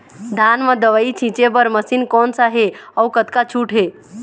धान म दवई छींचे बर मशीन कोन सा हे अउ कतका छूट हे?